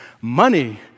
Money